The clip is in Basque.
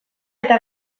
eta